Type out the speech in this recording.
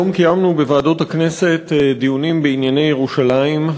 היום קיימנו בוועדות הכנסת דיונים בענייני ירושלים,